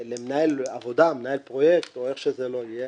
למנהל עבודה, מנהל פרויקט או איך שזה לא יהיה,